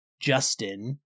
Justin